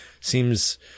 seems